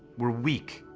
we're weak.